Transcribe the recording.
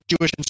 Jewish